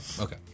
Okay